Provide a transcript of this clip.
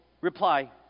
reply